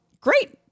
great